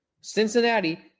Cincinnati